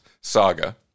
saga